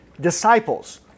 disciples